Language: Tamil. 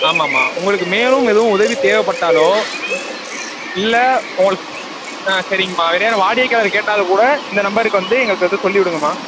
ஆமாம்மா உங்களுக்கு மேலும் எதுவும் உதவி தேவைப்பட்டாலோ இல்லை உங்களு ஆ சரிங்கம்மா வேறு யாரும் வாடிக்கையாளர் கேட்டாலும் கூட இந்த நம்பருக்கு வந்து எங்களுக்கு வந்து சொல்லி விடுங்கம்மா